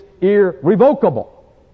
irrevocable